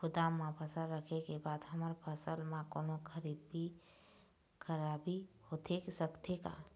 गोदाम मा फसल रखें के बाद हमर फसल मा कोन्हों खराबी होथे सकथे का?